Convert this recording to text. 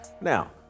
Now